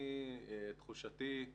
תחושתי היא